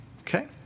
Okay